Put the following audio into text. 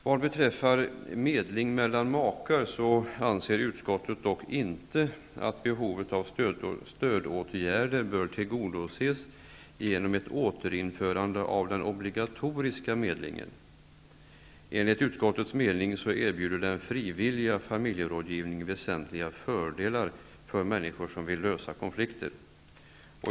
Vad beträffar medling mellan makar anser utskottet dock inte att behovet av stödåtgärder bör tillgodoses genom ett återinförande av den obligatoriska medlingen. Enligt utskottets mening erbjuder den frivilliga familjerådgivningen väsentliga fördelar för människor som vill lösa konflikter.